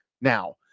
now